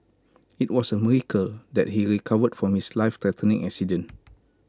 IT was A miracle that he recovered from his lifethreatening accident